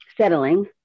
settling